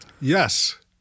Yes